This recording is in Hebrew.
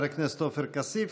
תודה, חבר הכנסת עופר כסיף.